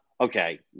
okay